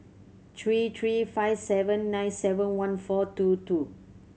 three three five seven nine seven one four two two